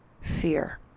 fear